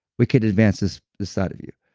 we could advance this side of you.